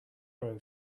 row